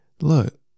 look